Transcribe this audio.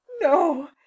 no